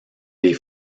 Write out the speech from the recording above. les